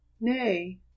nay